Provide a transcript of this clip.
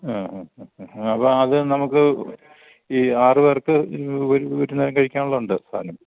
ആ ആ ആ ആ ആ അപ്പം അത് നമുക്ക് ഈ ആറ് പേർക്ക് ഒരുന്നേരം കഴിക്കാനുള്ളതുണ്ട് സാധനം